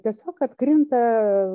tiesiog atkrinta